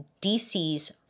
DC's